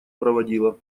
проводила